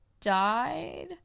died